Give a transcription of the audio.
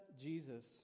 Jesus